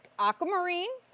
aquamarine,